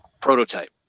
prototype